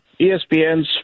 ESPN's